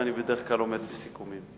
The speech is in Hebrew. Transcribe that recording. ואני בדרך כלל עומד בסיכומים.